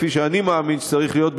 כפי שאני מאמין שצריך להיות,